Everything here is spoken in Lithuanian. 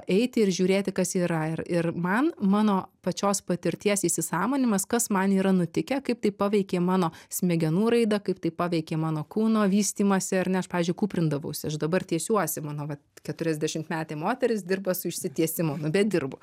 eiti ir žiūrėti kas yra ir ir man mano pačios patirties įsisąmonimas kas man yra nutikę kaip tai paveikė mano smegenų raidą kaip tai paveikė mano kūno vystymąsi ar ne aš pavyzdžiui kūprindavausi aš dabar tiesiuosi mano vat keturiasdešimtmetė moteris dirba su išsitiesimu nu bet dirbu